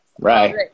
right